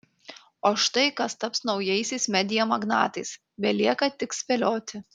o štai kas taps naujaisiais media magnatais belieka tik spėlioti